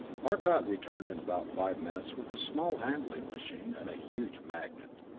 arcot returned in about five minutes with a small handling machine, and a huge magnet.